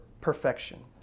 perfection